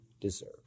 deserve